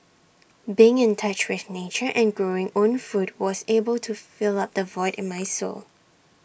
being in touch with nature and growing own food was able to fill up the void in my soul